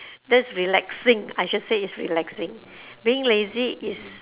that's relaxing I should say it's relaxing being lazy is